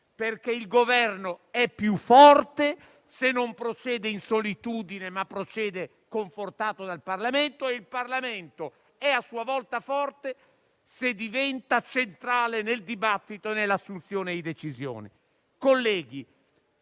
perché il Governo è più forte se non procede in solitudine, ma procede confortato dal Parlamento, e il Parlamento è a sua volta forte se diventa centrale nel dibattito e nell'assunzione di decisioni.